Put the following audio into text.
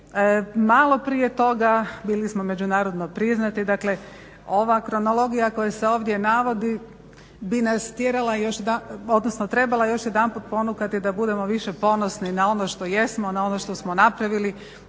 Malo prije toga bili smo međunarodno priznati, dakle ova kronologija koja se ovdje navodi bi nas trebala još jedanput ponukati da budemo više ponosni na ono što jesmo na ono što smo napravili,